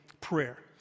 prayer